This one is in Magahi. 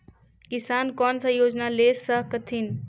किसान कोन सा योजना ले स कथीन?